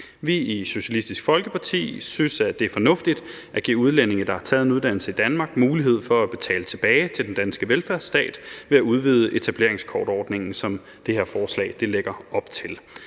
Vi i Socialistisk Folkeparti synes, at det er fornuftigt at give udlændinge, der har taget en uddannelse i Danmark, mulighed for at betale tilbage til den danske velfærdsstat ved at udvide etableringskortordningen, som det her forslag lægger op til.